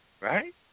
right